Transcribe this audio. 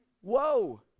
Whoa